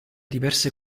diverse